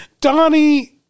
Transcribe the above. Donnie